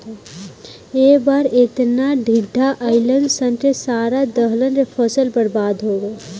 ए बार एतना टिड्डा अईलन सन की सारा दलहन के फसल बर्बाद हो गईल